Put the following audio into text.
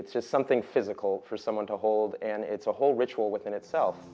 it's just something physical for someone to hold and it's a whole ritual within itself